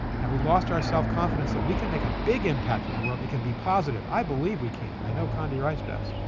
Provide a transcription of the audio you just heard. have we lost our self-confidence that we can make a big impact in the world it can be positive? i believe we can. i know condi rice does.